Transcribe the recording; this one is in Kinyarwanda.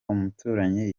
umuturanyi